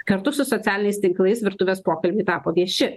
kartu su socialiniais tinklais virtuvės pokalbiai tapo vieši